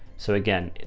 so again,